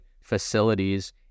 facilities